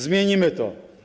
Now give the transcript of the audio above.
Zmienimy to.